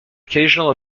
occasional